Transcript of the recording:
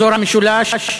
אזור המשולש,